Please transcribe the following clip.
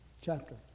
chapter